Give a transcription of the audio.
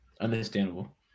Understandable